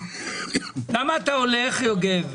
למה אתה הולך, יוגב?